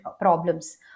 problems